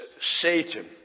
Satan